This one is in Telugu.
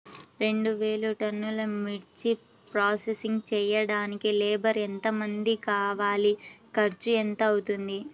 రెండు వేలు టన్నుల మిర్చి ప్రోసెసింగ్ చేయడానికి లేబర్ ఎంతమంది కావాలి, ఖర్చు ఎంత అవుతుంది?